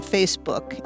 Facebook